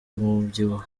umubyibuho